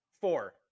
four